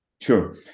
Sure